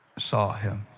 saw him.